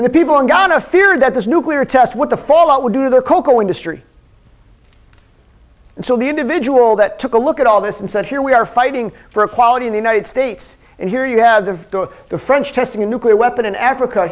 and the people in ghana feared that this nuclear test what the fallout would do the cocoa industry until the individual that took a look at all this and said here we are fighting for equality in the united states and here you have the french testing a nuclear weapon in africa